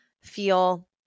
feel